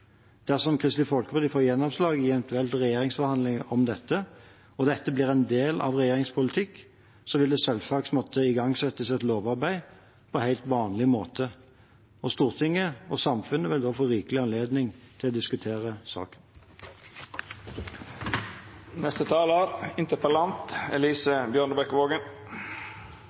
Dersom Kristelig Folkeparti får gjennomslag for dette i eventuelle regjeringsforhandlinger og dette blir en del av regjeringens politikk, vil det selvsagt måtte igangsettes et lovarbeid på helt vanlig måte. Stortinget og samfunnet vil da få rikelig anledning til å diskutere saken.